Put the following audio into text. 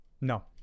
No